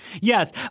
Yes